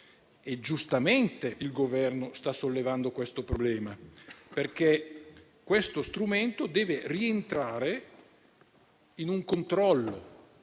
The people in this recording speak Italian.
Giustamente il Governo sta sollevando questo problema, perché questo strumento deve rientrare in un controllo